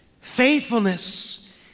faithfulness